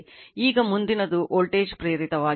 ಈಗ ಮುಂದಿನದು ವೋಲ್ಟೇಜ್ ಪ್ರೇರಿತವಾಗಿದೆ